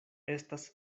estas